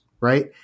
right